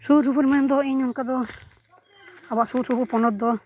ᱥᱩᱨᱼᱥᱩᱯᱩᱨ ᱢᱮᱱᱫᱚ ᱤᱧ ᱚᱱᱠᱟ ᱫᱚ ᱟᱵᱚᱣᱟᱜ ᱥᱩᱨᱼᱥᱩᱯᱩᱨ ᱯᱚᱱᱚᱛ ᱫᱚ